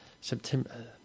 September